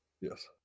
Yes